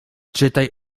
czytaj